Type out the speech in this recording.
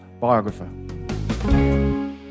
biographer